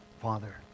Father